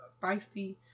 feisty